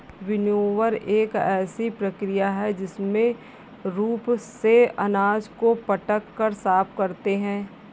winnower एक ऐसी प्रक्रिया है जिसमें रूप से अनाज को पटक कर साफ करते हैं